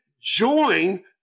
join